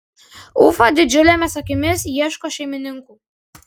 ufa didžiulėmis akimis ieško šeimininkų